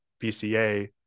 bca